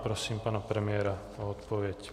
Prosím pana premiéra o odpověď.